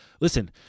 Listen